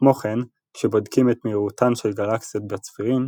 כמו כן, כשבודקים את מהירותן של גלקסיות בצבירים,